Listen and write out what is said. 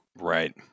Right